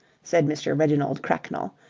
said mr. reginald cracknell,